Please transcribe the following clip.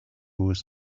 was